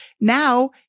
now